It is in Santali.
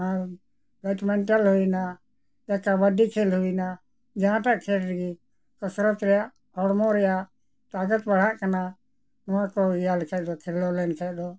ᱟᱨ ᱵᱮᱰᱢᱤᱱᱴᱚᱱ ᱦᱩᱭᱮᱱᱟ ᱠᱟᱵᱟᱰᱤ ᱠᱷᱮᱞ ᱦᱩᱭᱮᱱᱟ ᱡᱟᱦᱟᱸᱴᱟᱜ ᱠᱷᱮᱞ ᱨᱮᱜᱮ ᱠᱟᱥᱨᱟᱛ ᱨᱮᱭᱟᱜ ᱦᱚᱲᱢᱚ ᱨᱮᱭᱟᱜ ᱛᱟᱜᱟᱛ ᱯᱟᱲᱦᱟᱜ ᱠᱟᱱᱟ ᱱᱚᱣᱟ ᱠᱚ ᱤᱭᱟᱹ ᱞᱮᱠᱷᱟᱱ ᱫᱚ ᱠᱷᱮᱞ ᱞᱮᱠᱷᱟᱱ ᱫᱚ